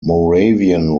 moravian